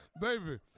Baby